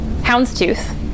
Houndstooth